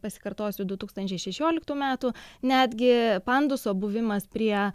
pasikartosiu du tūkstančiai šešioliktų metų netgi panduso buvimas prie